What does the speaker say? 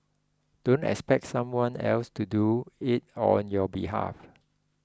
don't expect someone else to do it on your behalf